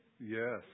Yes